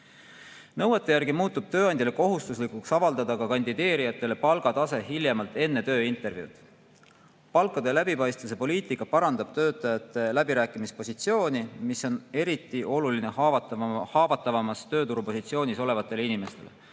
Nõuete järgi muutub tööandjale ka kohustuslikuks avaldada kandideerijatele palgatase hiljemalt enne tööintervjuud. Palkade läbipaistvuse poliitika parandab töötajate läbirääkimispositsiooni, mis on eriti oluline haavatavamas tööturupositsioonis olevatele inimestele,